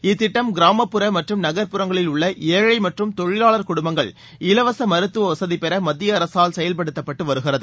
இத்திட்டம் கிராமப்புற மற்றும் நகர்ப்புறங்களிலுள்ள ஏழை மற்றும் தொழிலாளர் குடும்பங்கள் இலவச மருத்துவ வசதி பெற மத்திய அரசால் செயல்படுத்தப்பட்டு வருகிறது